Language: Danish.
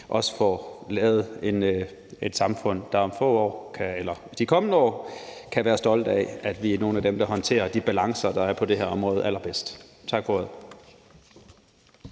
vi får lavet et samfund, som vi i de kommende år kan være stolte af, og at vi kan håndtere nogle af de balancer, der er på det her område, allerbedst. Tak for ordet.